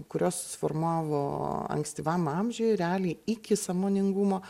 kurios susiformavo ankstyvam amžiuj realiai iki sąmoningumo